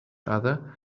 other